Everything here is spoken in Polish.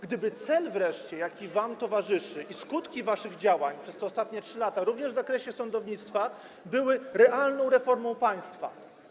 Gdyby cel wreszcie, jaki wam towarzyszy, i skutki waszych działań przez te ostatnie 3 lata, również w zakresie sądownictwa, to była realna reforma państwa.